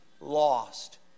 lost